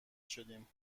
شدیم